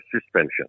suspension